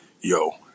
yo